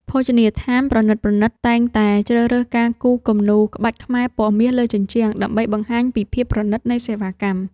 ភោជនីយដ្ឋានប្រណីតៗតែងតែជ្រើសរើសការគូរគំនូរក្បាច់ខ្មែរពណ៌មាសលើជញ្ជាំង ដើម្បីបង្ហាញពីភាពប្រណីតនៃសេវាកម្ម។